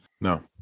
no